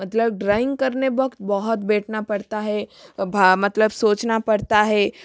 मतलब ड्राइंग करने वक्त बहुत बैठना पड़ता है भा मतलब सोचना पड़ता है